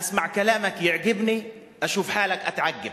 אסמע כּלאמכּ יעגבּני, אשוף חאלכּ אתעגבּ